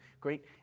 great